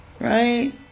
Right